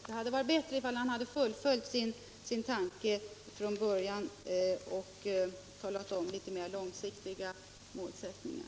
Det hade varit bättre om han fullföljt den tanke han hade från början och talat om litet mer långsiktiga målsättningar.